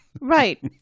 Right